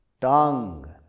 tongue